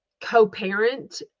co-parent